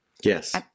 Yes